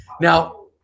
Now